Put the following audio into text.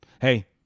Hey